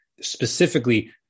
specifically